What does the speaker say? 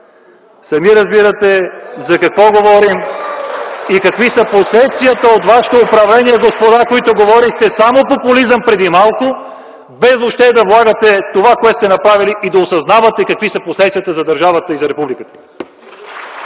Сами разбирате за какво говорим и какви са последствията от вашето управление, господа, които говорехте само популизъм преди малко, без въобще да осъзнавате това, което сте направили, да осъзнавате последствията за държавата и републиката.